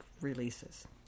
releases